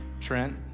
Trent